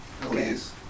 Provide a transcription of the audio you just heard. Please